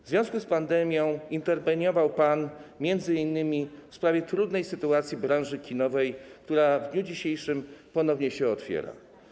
W związku z pandemią interweniował pan m.in. w sprawie trudnej sytuacji branży kinowej, która w dniu dzisiejszym ponownie się otwiera.